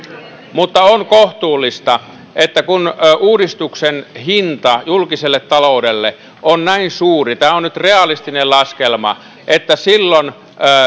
mutta on kohtuullista että kun uudistuksen hinta julkiselle taloudelle on näin suuri tämä on nyt realistinen laskelma silloin